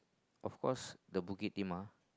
of course the Bukit-Timah